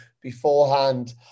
beforehand